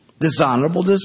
dishonorable